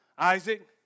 Isaac